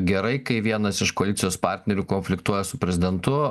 gerai kai vienas iš koalicijos partnerių konfliktuoja su prezidentu